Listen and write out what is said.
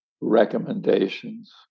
recommendations